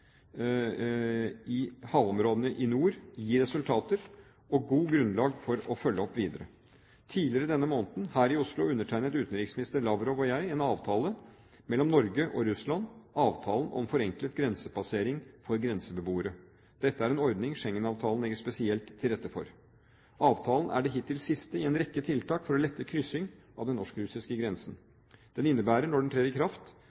i havområdene i nord gir resultater og godt grunnlag for å følge opp videre. Tidligere denne måneden her i Oslo undertegnet utenriksminister Lavrov og jeg en avtale mellom Norge og Russland, avtalen om forenklet grensepassering for grenseboere. Dette er en ordning Schengen-avtalen legger spesielt til rette for. Avtalen er det hittil siste i en rekke tiltak for å lette kryssing av den norsk-russiske grensen. Den innebærer, når den trer i kraft,